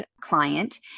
client